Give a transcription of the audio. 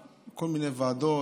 ובכל מיני ועדות,